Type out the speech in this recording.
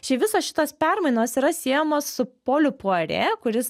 čia visos šitos permainos yra siejamos su poliu puarė kuris